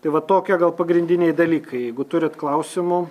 tai vat tokiė gal pagrindiniai dalykai jeigu turit klausimų